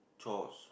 chores